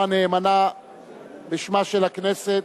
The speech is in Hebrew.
הכלכלי והחברתי.